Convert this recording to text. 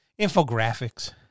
infographics